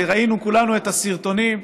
וראינו כולנו את הסרטונים,